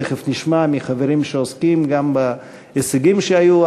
תכף נשמע מהחברים שעוסקים על ההישגים שהיו,